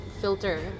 filter